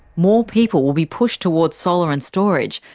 more people will be pushed towards solar and storage,